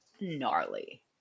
gnarly